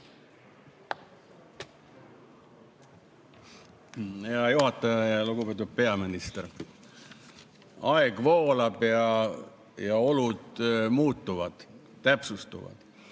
Hea juhataja! Lugupeetud peaminister! Aeg voolab ja olud muutuvad, täpsustuvad.